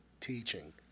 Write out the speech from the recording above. teaching